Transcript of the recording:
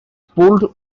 pulled